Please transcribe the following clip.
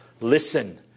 Listen